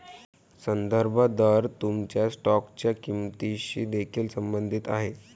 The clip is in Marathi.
संदर्भ दर तुमच्या स्टॉकच्या किंमतीशी देखील संबंधित आहे